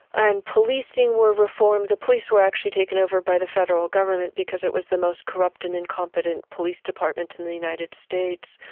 and policing were reformed the police were actually taken over by the federal government because it was the most corrupt and incompetent police department in the united states.